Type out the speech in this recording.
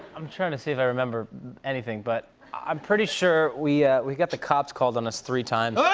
i'm trying to see if i remember anything. but i'm pretty sure we we got the cops called on us three times. oh!